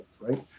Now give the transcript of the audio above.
right